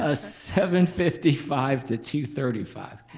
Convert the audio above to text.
ah seven fifty five to two thirty five.